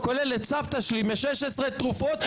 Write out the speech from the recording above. כולל סבתא שלי מ-16 תרופות,